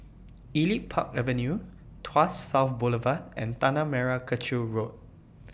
Elite Park Avenue Tuas South Boulevard and Tanah Merah Kechil Road